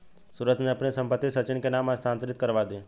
सुरेश ने अपनी संपत्ति सचिन के नाम स्थानांतरित करवा दी